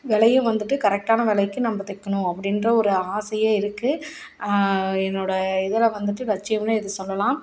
விலையும் வந்துட்டு கரெக்டான விலைக்கி நம்ப தைக்கணும் அப்படின்ற ஒரு ஆசையே இருக்குது என்னோடய இதில் வந்துட்டு லட்சியம்னு இதை சொல்லலாம்